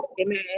Amen